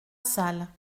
salle